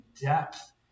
depth